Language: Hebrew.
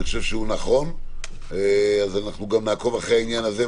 אז גם נעקוב אחרי העניין הזה,